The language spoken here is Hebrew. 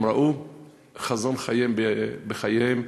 הם ראו חזון חייהם בחייהם.